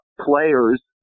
players